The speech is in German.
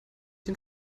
den